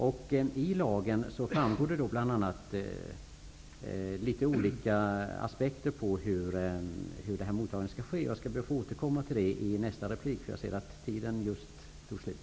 Bl.a. framkommer litet olika aspekter på hur mottagandet skall ske. Jag skall be att få återkomma till detta i nästa replik. Jag ser att min taletid just tog slut.